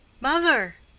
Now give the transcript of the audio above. mother!